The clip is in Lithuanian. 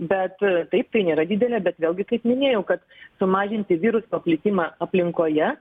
bet taip tai nėra didelė bet vėlgi kaip minėjau kad sumažinti viruso plitimą aplinkoje